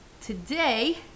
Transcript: Today